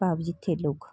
ਭਾਵ ਜਿੱਥੇ ਲੋਕ